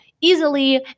easily